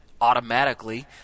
automatically